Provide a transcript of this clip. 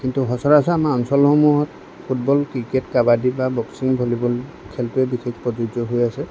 কিন্তু সচৰাচৰ আমাৰ অঞ্চল সমূহত ফুটবল ক্ৰিকেট কাবাডী বা বক্সিং ভলিবল খেলবোৰেই বিশেষকৈ প্ৰযোজ্য হৈ আছে